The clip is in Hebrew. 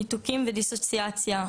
ניתוקים ודיסוציאציה.